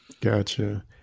Gotcha